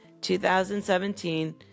2017